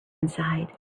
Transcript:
inside